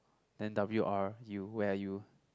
then w_r you where are you